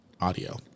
audio